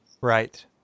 Right